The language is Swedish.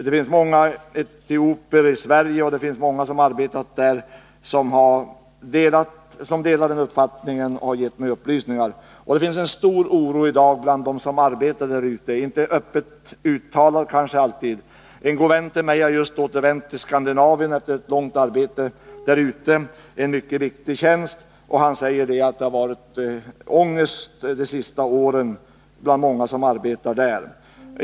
Det finns många etiopier i Sverige och många som arbetat i Etiopien som delar den uppfattningen och har gett mig upplysningar. Det råder stor oro i dag bland dem som arbetar där, kanske inte alltid öppet uttalad. En god vän till mig har just återvänt till Skandinavien efter ett långt arbete där ute i en mycket viktig tjänst. Han säger att det har funnits ångest de senaste åren bland många som arbetat där.